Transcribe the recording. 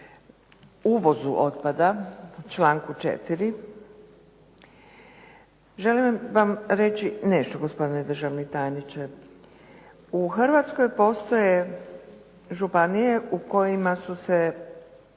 uvozu otpada, članku 4. Želim vam reći nešto, gospodine državni tajniče. U Hrvatskoj postoje županije u kojima su se